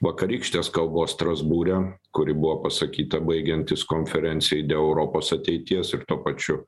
vakarykštės kalbos strasbūre kuri buvo pasakyta baigiantis konferencijai dėl europos ateities ir tuo pačiu